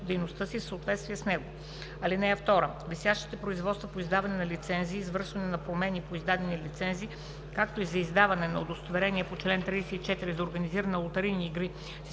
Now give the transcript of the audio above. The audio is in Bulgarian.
дейността си в съответствие с него. (2) Висящите производства по издаване на лицензи, извършване на промени по издадени лицензи, както и за издаване на удостоверения по чл. 34 за организиране на лотарийни игри,